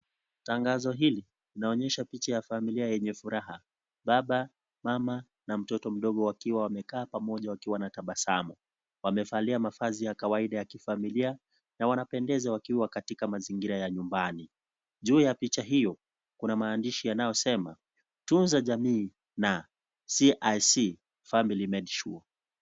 Tangazo hili linaonyesha picha ya familia iliyo na furaha. Baba, mama na mtoto mdogo wakiwa wamekaa pamoja wakiwa na tabasamu. Wamevalia mavazi ya kawaida ya kifamilia na wanapendeza wakiwa katika mazingira ya nyumbani. Juu ya picha hiyo, kuna maandishi yanayosema, tunza jamii na CIC FAMILY MADISURE.